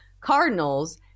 Cardinals